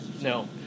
no